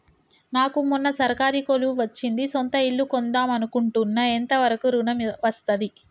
నాకు మొన్న సర్కారీ కొలువు వచ్చింది సొంత ఇల్లు కొన్దాం అనుకుంటున్నా ఎంత వరకు ఋణం వస్తది?